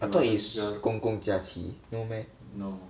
I thought is 公共假期 no meh